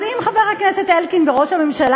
אז אם חבר הכנסת אלקין וראש הממשלה